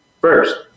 first